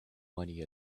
money